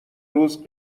روز